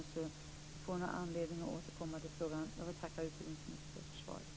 Vi får nog anledning att återkomma till frågan. Jag vill tacka utbildningsministern för svaret.